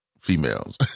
Females